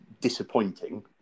disappointing